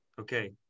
Okay